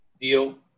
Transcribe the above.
Deal